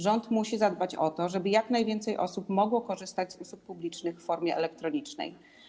Rząd musi zadbać o to, żeby jak najwięcej osób mogło korzystać z usług publicznych w formie elektronicznej.